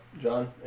John